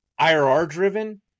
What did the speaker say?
IRR-driven